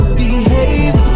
behave